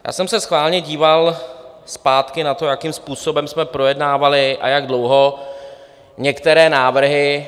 Já jsem se schválně díval zpátky na to, jakým způsobem jsme projednávali a jak dlouho některé návrhy.